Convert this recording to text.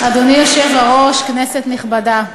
אדוני היושב-ראש, כנסת נכבדה,